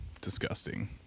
disgusting